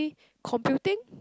computing